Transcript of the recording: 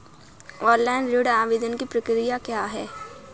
Online ऋण आवेदन की प्रक्रिया क्या है?